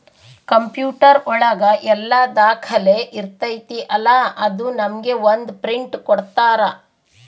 computer ಒಳಗ ಎಲ್ಲ ದಾಖಲೆ ಇರ್ತೈತಿ ಅಲಾ ಅದು ನಮ್ಗೆ ಒಂದ್ ಪ್ರಿಂಟ್ ಕೊಡ್ತಾರ